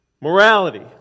morality